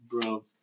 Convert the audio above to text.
Bro